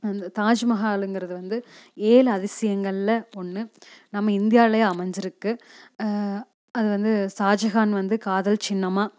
அந்த தாஜ்மஹால்ங்கிறது வந்து ஏழு அதிசயங்களில் ஒன்று நம்ம இந்தியாவிலையே அமைஞ்சிருக்கு அது வந்து ஷாஜகான் வந்து காதல் சின்னமாக